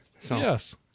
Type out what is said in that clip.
Yes